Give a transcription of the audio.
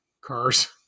cars